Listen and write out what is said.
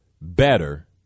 better